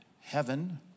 heaven